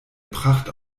pracht